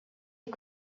est